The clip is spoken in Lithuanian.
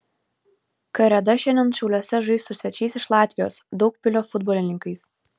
kareda šiandien šiauliuose žais su svečiais iš latvijos daugpilio futbolininkais